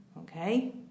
Okay